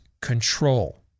control